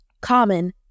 common